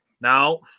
now